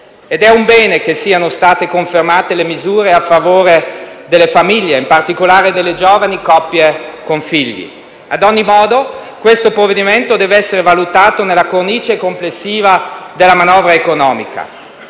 È un bene che siano state confermate le misure a favore delle famiglie, in particolare delle giovani coppie con figli. Ad ogni modo, questo provvedimento deve essere valutato nella cornice complessiva della manovra economica.